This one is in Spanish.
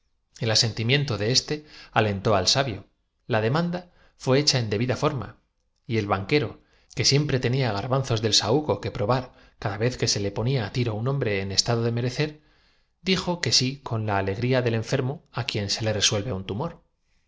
del banquero fornido zamo tó al sabio la demanda fué hecha en debida forma y rano viudo y enriquecido durante la primera guerra el banquero que siempre tenía garbanzos del saúco civil con la empresa de suministros para el ejército que probar cada vez que se le ponía á tiro un hombre en estado de merecer dijo leal hubo aquello de que sí con la alegría del enfermo á quien se le resuelve un tumor